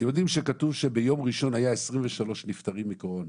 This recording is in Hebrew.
אתם יודעים שכתוב שביום ראשון היו 23 נפטרים מקורונה.